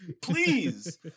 Please